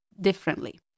differently